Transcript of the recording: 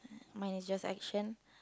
mine is just action